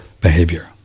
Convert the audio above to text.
behavior